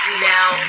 now